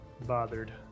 bothered